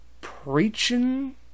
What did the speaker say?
Preaching